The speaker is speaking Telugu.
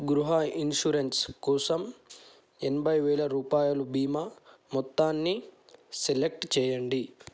గృహ ఇన్షూరెన్స్ కోసం ఎనభైవేల రూపాయలు బీమా మొత్తాన్ని సెలెక్ట్ చేయండి